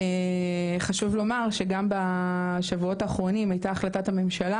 וחשוב לומר שגם בשבועות האחרונים הייתה החלטת הממשלה